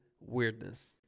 weirdness